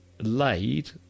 laid